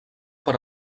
per